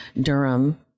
Durham